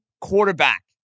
quarterback